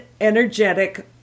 energetic